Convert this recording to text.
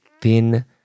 thin